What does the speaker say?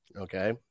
Okay